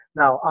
now